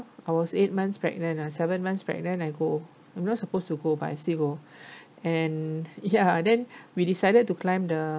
I was eight months pregnant lah seven months pregnant I go I'm not supposed to go but I still go and yeah then we decided to climb the